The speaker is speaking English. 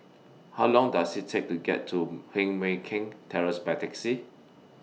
How Long Does IT Take to get to Heng Mui Keng Terrace By Taxi